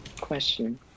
question